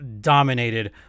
dominated